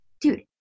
dude